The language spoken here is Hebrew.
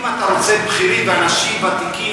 אם אתה רוצה בכירים ואנשים ותיקים,